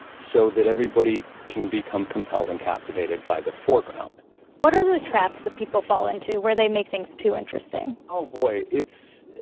so that everybody can become compelled and captivated by the foreground what are the traps that people fall into, where they make things too interesting? oh, boy. it's.